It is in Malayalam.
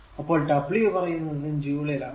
അപ്പോൾ w പറയുന്നതും ജൂൾ ൽ ആണ്